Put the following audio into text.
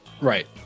Right